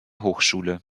hochschule